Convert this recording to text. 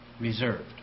reserved